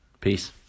Peace